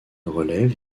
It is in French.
relève